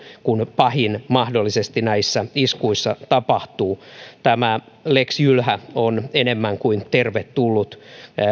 kun pahin mahdollisesti näissä iskuissa tapahtuu tämä lex jylhä on enemmän kuin tervetullut